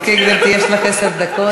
אוקיי, גברתי, יש לך עשר דקות.